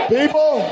People